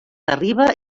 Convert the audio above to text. arriba